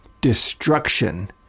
Destruction